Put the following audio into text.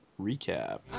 recap